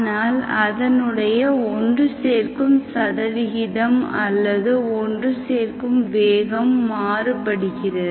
ஆனால் அதனுடைய ஒன்று சேர்க்கும் சதவிகிதம் அல்லது ஒன்று சேர்க்கும் வேகம் மாறுபடுகிறது